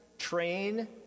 train